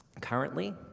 Currently